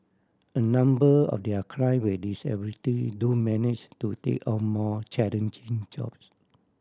a number of their client with disability do manage to take on more challenging jobs